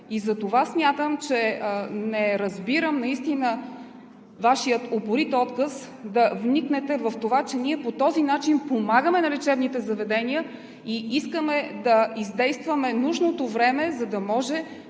И затова смятам, че не разбирам наистина Вашия упорит отказ да вникнете в това, че ние по този начин помагаме на лечебните заведения и искаме да издействаме нужното време, за да може